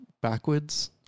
backwards